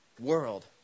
world